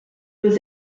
was